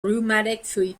rheumatic